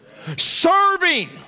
Serving